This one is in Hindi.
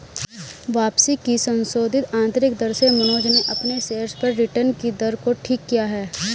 वापसी की संशोधित आंतरिक दर से मनोज ने अपने शेयर्स पर रिटर्न कि दर को ठीक किया है